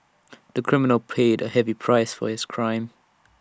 the criminal paid A heavy price for his crime